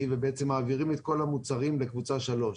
ובעצם מעבירים את כל המוצרים לקבוצה שלוש,